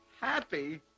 Happy